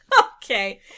Okay